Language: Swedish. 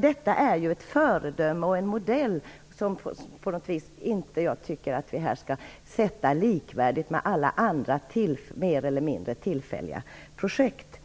Detta är ju ett föredöme och en modell som vi inte här skall bedöma som likvärdigt med alla andra mer eller mindre tillfälliga projekt.